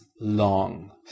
long